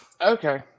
Okay